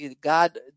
God